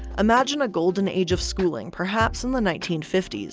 imagine a golden age of schooling, perhaps in the nineteen fifty s.